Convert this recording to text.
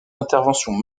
interventions